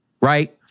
right